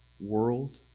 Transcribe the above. world